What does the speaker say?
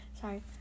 Sorry